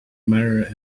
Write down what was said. mare